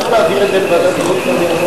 אפשר להעביר את זה לוועדת החוץ והביטחון.